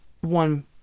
one